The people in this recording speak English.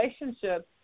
relationships